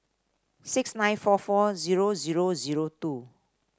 six nine four four zero zero zero two